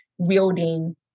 wielding